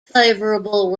favourable